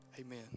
amen